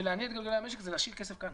ולהניע את גלגלי המשק זה להשאיר כסף כאן.